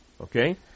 Okay